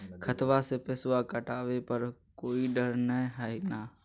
खतबा से पैसबा कटाबे पर कोइ डर नय हय ना?